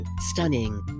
Stunning